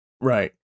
Right